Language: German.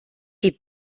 die